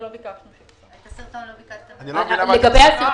את הסרטון הזה לא ביקשנו שהם